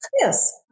Yes